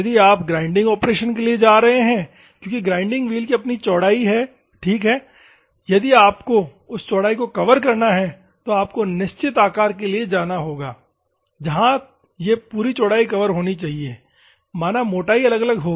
यदि आप grinding operation के लिए जा रहे हैं क्योंकि ग्राइंडिंग व्हील की अपनी चौड़ाई है ठीक है यदि आपको उस चौड़ाई को कवर करना है तो आपको निश्चित आकार के लिए जाना होगा जहां यह पूरी चौड़ाई कवर होनी चाहिए माना मोटाई अलग अलग होगी